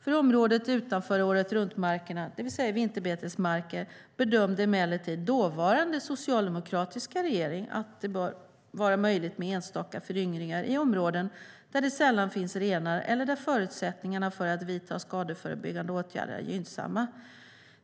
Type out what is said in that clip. För området utanför åretruntmarkerna, det vill säga i vinterbetesmarkerna, bedömde emellertid den dåvarande socialdemokratiska regeringen att det bör vara möjligt med enstaka föryngringar i områden där det sällan finns renar eller där förutsättningarna för att vidta skadeförebyggande åtgärder är gynnsamma.